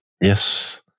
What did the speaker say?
Yes